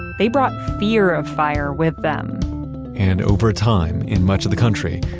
they brought fear of fire with them and over time, in much of the country,